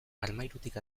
armairutik